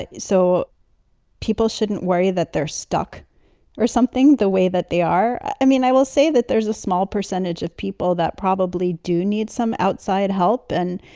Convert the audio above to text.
so people shouldn't worry that they're stuck or something the way that they are. i mean, i will say that there is a small percentage of people that probably do need some outside help and,